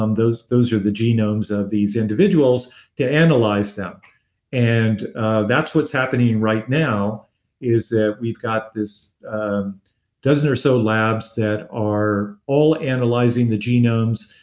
um those those are the genomes of these individuals to analyze them and that's what's happening right now is that we've got this dozen or so labs that are all analyzing the genomes.